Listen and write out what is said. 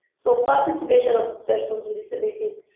so participation of persons with disabilities,